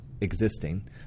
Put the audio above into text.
existing